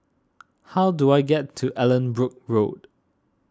how do I get to Allanbrooke Road